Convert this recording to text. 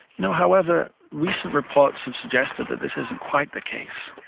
you know however, recent reports have suggested that this isn't quite the case,